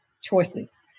choices